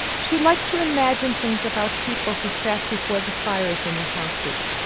she liked to imagine things about people who sat before the fires in the houses,